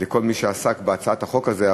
לכל מי שעסק בהצעת החוק הזאת.